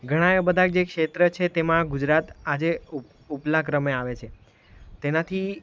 ઘણા બધા જે ક્ષેત્ર છે તેમાં ગુજરાત આજે ઉપ ઉપ ઉપલા ક્રમે આવે છે તેનાથી